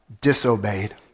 disobeyed